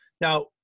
now